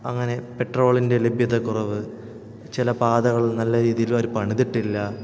അങ്ങനെ പെട്രോളിൻ്റെ ലഭ്യതക്കുറവ് ചില പാതകൾ നല്ലരീതിയിലവർ പണിതിട്ടില്ല